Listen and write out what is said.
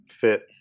fit